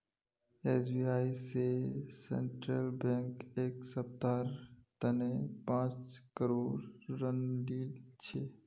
SBI स central bank एक सप्ताहर तने पांच करोड़ ऋण लिल छ